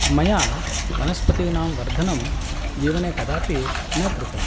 मया वनस्पतीनां वर्धनं जीवने कदापि न कृतम्